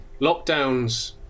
lockdowns